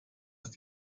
ist